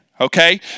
Okay